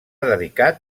dedicat